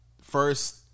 first